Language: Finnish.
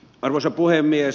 arvoisa puhemies